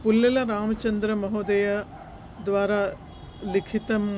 पुल्लेल रामचन्द्रमहोदय द्वारा लिखितं